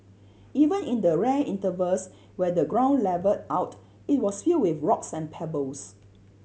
even in the rare intervals when the ground levelled out it was filled with rocks and pebbles